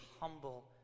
humble